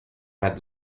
had